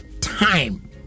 time